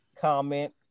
comment